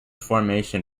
formation